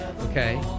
Okay